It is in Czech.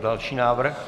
Další návrh.